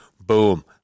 Boom